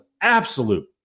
absolute